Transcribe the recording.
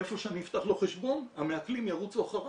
איפה שאני אפתח לו חשבון המעקלים ירוצו אחריי.